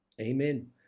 Amen